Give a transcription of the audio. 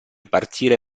partire